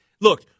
Look